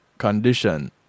condition